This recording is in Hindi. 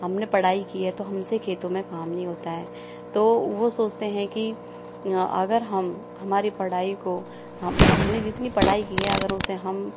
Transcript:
हमने पढ़ाई की है तो हमसे खेतों में काम नहीं होता है तो वो सोचते हैं कि अगर हम हमारी पढ़ाई को हम हमने जितनी पढ़ाई की है अगर उसे हम